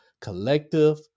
Collective